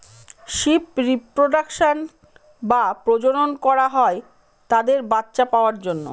sheep reproduction বা প্রজনন করা হয় তাদের বাচ্চা পাওয়ার জন্য